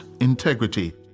integrity